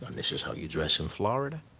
and this is how you dress in florida?